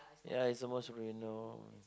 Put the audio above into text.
ya it's the most renowned